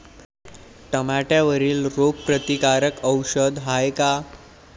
टमाट्यावरील रोग प्रतीकारक औषध हाये का?